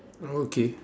oh okay